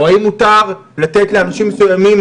או האם מותר לתת לאנשים מסוימים